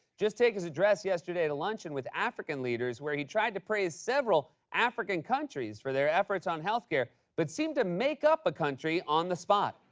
just take his address yesterday at a luncheon with african leaders where he tried to praise several african countries for their efforts on health care, but seemed to make up a country on the spot.